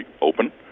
open